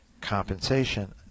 compensation